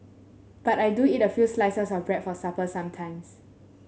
but I do eat a few slices of bread for supper sometimes